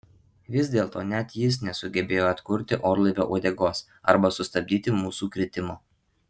vis dėlto net jis nesugebėjo atkurti orlaivio uodegos arba sustabdyti mūsų kritimo